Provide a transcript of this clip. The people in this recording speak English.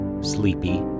sleepy